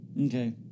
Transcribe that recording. Okay